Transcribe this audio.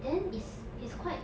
then is is quite